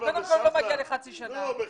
לסבא וסבתא?- לא.